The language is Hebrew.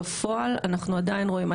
בפועל אנחנו עדיין רואים.